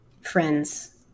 friends